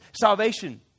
salvation